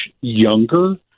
younger